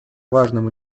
важным